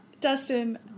Dustin